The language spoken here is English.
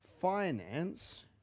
finance